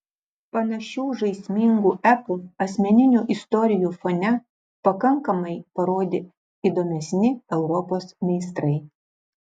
panašių žaismingų epų asmeninių istorijų fone pakankamai parodė įdomesni europos meistrai